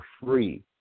free